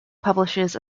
publishes